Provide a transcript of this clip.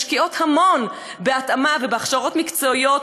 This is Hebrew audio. משקיעות המון בהתאמה ובהכשרות מקצועיות